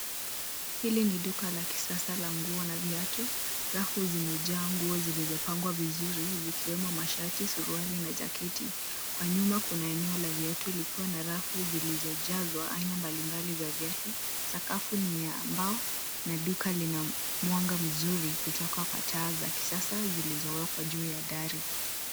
Hili ni duka la kisasa la nguo na viatu. Rafu zimejaa nguo zilizopangwa vizuri zikiwemo mashati, suruali na jaketi. Kwa nyuma kuna eneo la viatu likiwa na rafu zilizojazwa aina mbalimbali za viatu. Sakafu ni ya mbao na duka lina mwanga mzuri kutoka kwa taa za kisasa zilizowekwa juu ya dari.